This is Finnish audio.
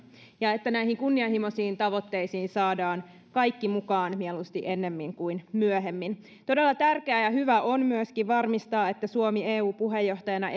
ja että näihin kunnianhimoisiin tavoitteisiin saadaan kaikki mukaan mieluusti ennemmin kuin myöhemmin todella tärkeä ja hyvä on myöskin varmistaa että suomi eu puheenjohtajana